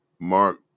Mark